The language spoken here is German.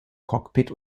cockpit